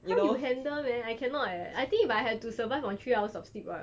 how you handle man I cannot leh I think if I have to survive on three hours of sleep right